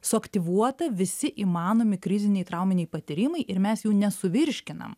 suaktyvuota visi įmanomi kriziniai trauminiai patyrimai ir mes jų nesuvirškinam